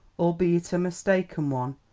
albeit a mistaken one,